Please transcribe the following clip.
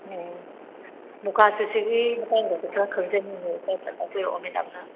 ꯎꯝ ꯃꯨꯒꯥ ꯁꯨꯠ ꯁꯤꯒꯤ ꯃꯇꯥꯡꯗꯁꯨ ꯈꯔ ꯈꯪꯖꯅꯤꯡꯏ ꯈꯔ ꯇꯥꯛꯄꯤꯔꯛꯑꯣ ꯃꯦꯗꯥꯝꯅ